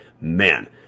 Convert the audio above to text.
Man